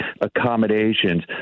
accommodations